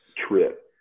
trip